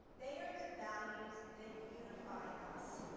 they are the values that unify us.